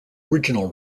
original